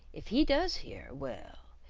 if he does hear, well,